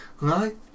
Right